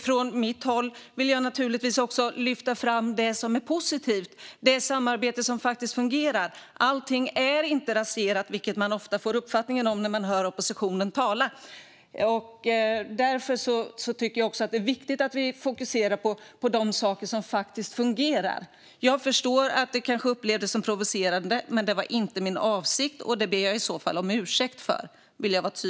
Från mitt håll vill jag naturligtvis också lyfta fram det som är positivt, det samarbete som faktiskt fungerar. Allt är inte raserat, vilket man ofta får uppfattningen av när man hör oppositionen tala. Därför är det viktigt att fokusera på de saker som faktiskt fungerar. Jag förstår att det kanske upplevdes som provocerande, men det var inte min avsikt. Jag ber i så fall om ursäkt.